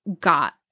got